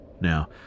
Now